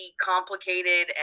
complicated